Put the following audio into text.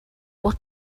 what